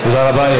תודה רבה.